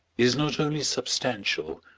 is not only substantial,